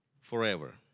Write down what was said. forever